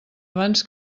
abans